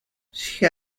she